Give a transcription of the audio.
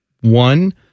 One